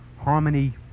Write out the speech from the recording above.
Harmony